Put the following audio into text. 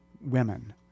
women